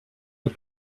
but